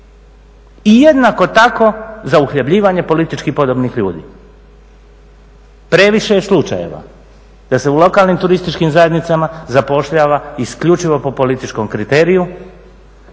i jednako tako za uhljebljivanje politički podobnih ljudi. Previše je slučajeva da se u lokalnim turističkim zajednicama zapošljava isključivo po političkom kriteriju